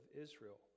Israel